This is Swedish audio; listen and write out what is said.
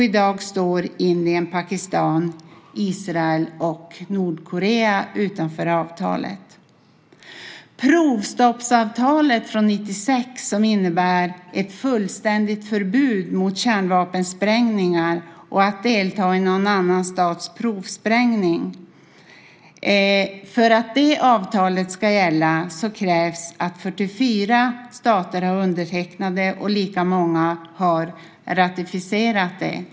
I dag står Indien, Pakistan, Israel och Nordkorea utanför avtalet. Provstoppsavtalet från 1996 innebär ett fullständigt förbud mot kärnvapensprängningar och att delta i någon annan stats provsprängning. För att det avtalet ska gälla krävs det att 44 stater har undertecknat det och att lika många har ratificerat det.